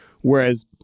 Whereas